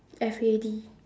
F A D